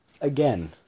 Again